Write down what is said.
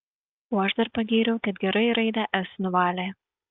o aš dar pagyriau kad gerai raidę s nuvalė